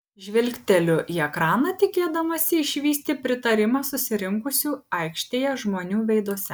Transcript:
žvilgteliu į ekraną tikėdamasi išvysti pritarimą susirinkusių aikštėje žmonių veiduose